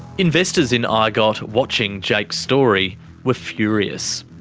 investors in ah igot watching jake's story were furious.